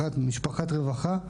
משפחת רווחה,